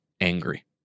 angry